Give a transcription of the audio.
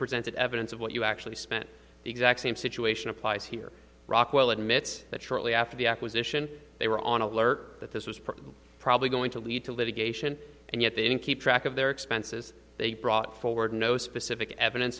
presented evidence of what you actually spent the exact same situation applies here rockwell admits that shortly after the acquisition they were on alert that this was probably going to lead to litigation and yet they don't keep track of their expenses they brought forward no specific evidence